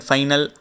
Final